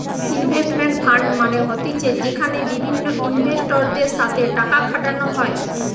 investment fund মানে হতিছে যেখানে বিভিন্ন ইনভেস্টরদের সাথে টাকা খাটানো হয়